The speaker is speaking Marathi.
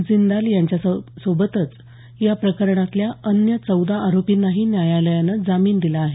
जिंदाल यांच्यासोबतच या प्रकरणातल्या अन्य चौदा आरोपींनाही न्यायालयानं जामीन दिला आहे